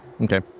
Okay